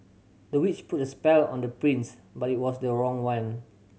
the witch put a spell on the prince but it was the wrong one